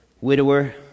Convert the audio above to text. widower